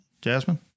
Jasmine